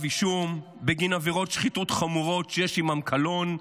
אישום בגין עבירות שחיתות חמורות שיש עימן קלון,